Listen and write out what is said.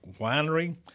Winery